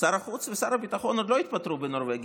שר החוץ ושר הביטחון עוד לא התפטרו בנורבגי.